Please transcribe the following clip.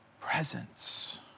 presence